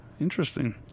Interesting